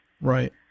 Right